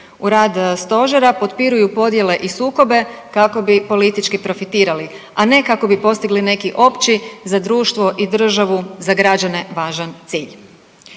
u rad stožera potpiruju podjele i sukobe kako bi politički profitirali, a ne kako bi postigli neki opći za društvo i državu za građane važan cilj.